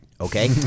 okay